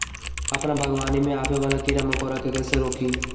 अपना बागवानी में आबे वाला किरा मकोरा के कईसे रोकी?